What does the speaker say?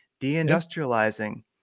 deindustrializing